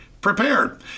prepared